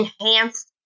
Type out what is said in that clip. enhanced